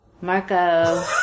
Marco